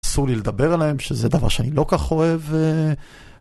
אסור לי לדבר עליהם שזה דבר שאני לא כך אוהב.